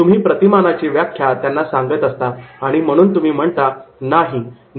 तुम्ही प्रतिमानाची व्याख्या त्याला सांगत असता आणि मग तुम्ही म्हणता 'नाही